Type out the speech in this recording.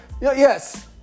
yes